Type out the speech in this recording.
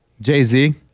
Jay-Z